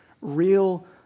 real